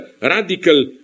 radical